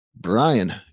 Brian